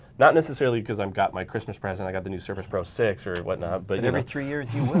not necessarily cause i've got my christmas present i got the new surface pro six or whatnot. but and every three years you will.